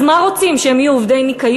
אז מה רוצים, שהם יהיו עובדי ניקיון?